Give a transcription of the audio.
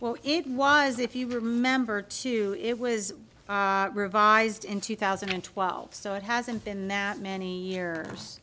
us it was if you remember too it was revised in two thousand and twelve so it hasn't been that many year